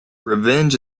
revenge